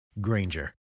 Granger